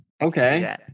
Okay